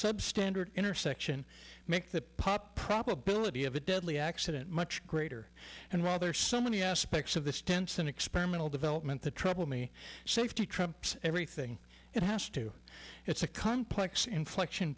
substandard intersection make that pop probability of a deadly accident much greater and while there are so many aspects of the stenson experimental development the trouble me safety trumps everything it has to it's a complex inflection